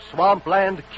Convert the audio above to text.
Swampland